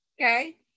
Okay